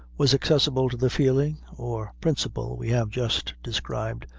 was accessible to the feeling or principle we have just described,